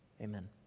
amen